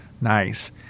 Nice